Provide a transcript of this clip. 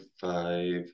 five